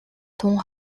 тун